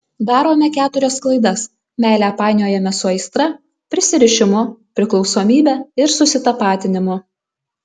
darome keturias klaidas meilę painiojame su aistra prisirišimu priklausomybe ir susitapatinimu